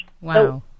Wow